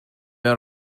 are